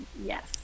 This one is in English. Yes